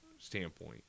standpoint